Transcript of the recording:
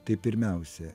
tai pirmiausia